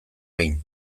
behin